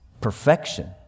perfection